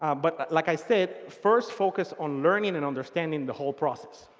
but like i said, first focus on learning and understanding the whole process.